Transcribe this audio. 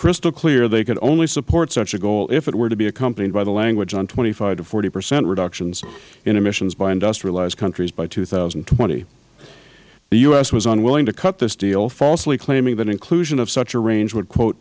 crystal clear they could only support such a goal if it were to be accompanied by the language on twenty five to forty percent reductions in emissions by industrialized countries by two thousand and twenty the u s was unwilling to cut this deal falsely claiming that inclusion of such a range